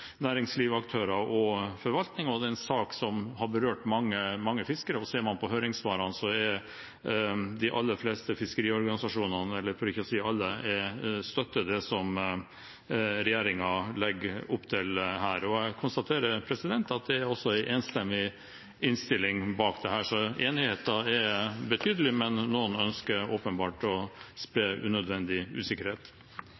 næringslivsaktører og forvaltning, og det er en sak som har berørt mange fiskere. Ser man på høringssvarene, støtter de aller fleste fiskeriorganisasjonene, for ikke å si alle, det som regjeringen legger opp til her. Jeg konstaterer også at det er en enstemmig innstilling bak dette, så enigheten er betydelig, men noen ønsker åpenbart å spre unødvendig usikkerhet.